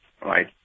right